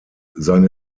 seine